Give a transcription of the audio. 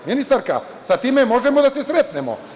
Ministarka, sa time možemo da se sretnemo.